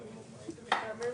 אבל זאת צריכה להיות השאיפה.